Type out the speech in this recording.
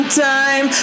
time